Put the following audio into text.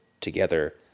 together